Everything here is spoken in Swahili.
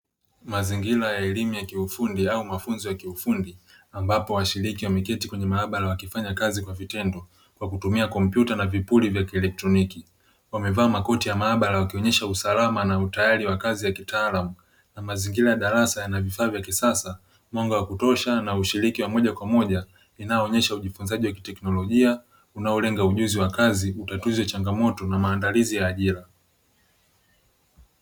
Mazingira ya elimu ya kiufundi au mafunzo ya kiufundi, ambapo washiriki wameketi kwenye maabara wakifanya kazi kwa vitendo, kwa kutumia kompyuta na vipuri vya kielektroniki. Wamevaa makoti ya maabara wakionyesha usalama na utayari wa kazi ya kitaalamu, na mazingira ya darasa yana mwanga wa kutosha na ushiriki wa moja kwa moja unaoonyesha ujifunzaji wa kiteknolojia unaolenga ujuzi wa kazi, utatuzi wa changamoto na maandalizi ya ajira.